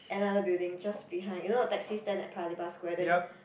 another building just behind you know the taxi stand at Paya-Lebar Square then